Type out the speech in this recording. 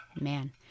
Man